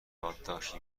یادداشتی